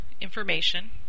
Information